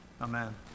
Amen